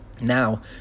Now